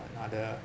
another